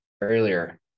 earlier